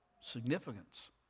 significance